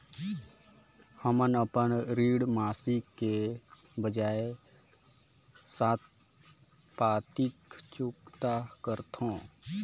हमन अपन ऋण मासिक के बजाय साप्ताहिक चुकता करथों